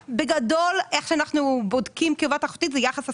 ובגדול, אנחנו בוחנים קרבה תחרותית ביחס הסטה.